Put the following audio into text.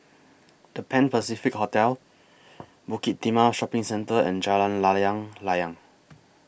The Pan Pacific Hotel Bukit Timah Shopping Centre and Jalan Layang Layang